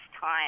time